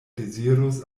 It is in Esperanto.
dezirus